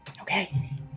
Okay